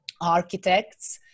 architects